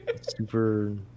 Super